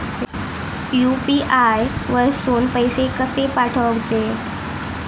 UPI वरसून पैसे कसे पाठवचे?